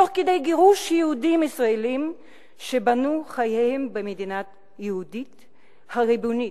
תוך כדי גירוש יהודים ישראלים שבנו חייהם במדינה היהודית הריבונית.